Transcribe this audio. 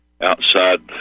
outside